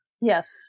Yes